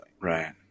right